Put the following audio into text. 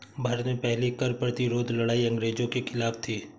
भारत में पहली कर प्रतिरोध लड़ाई अंग्रेजों के खिलाफ थी